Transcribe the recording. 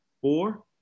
Four